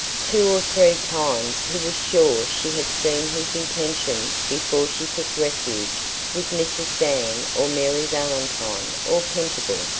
two or three times he was sure she had seen his intention before she took refuge with mrs. dan or mary valentine or pettingill.